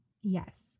Yes